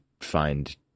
find